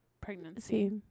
pregnancy